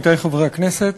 עמיתי חברי הכנסת,